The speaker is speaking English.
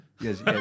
yes